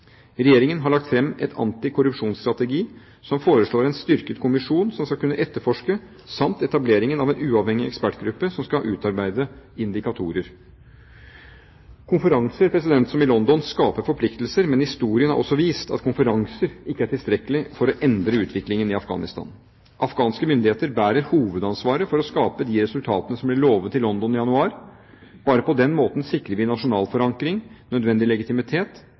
Regjeringen har lagt fram en antikorrupsjonsstrategi som foreslår en styrket kommisjon som skal kunne etterforske, samt etablering av en uavhengig ekspertgruppe som skal utarbeide indikatorer. Konferanser, som i London, skaper forpliktelser, men historien har også vist at konferanser ikke er tilstrekkelig for å endre utviklingen i Afghanistan. Afghanske myndigheter bærer hovedansvaret for å skape de resultatene som ble lovet i London i januar. Bare på den måten sikrer vi nasjonal forankring, nødvendig legitimitet